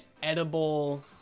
Edible